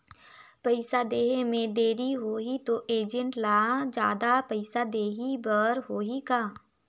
पइसा देहे मे देरी होही तो एजेंट ला जादा पइसा देही बर होही का?